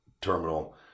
terminal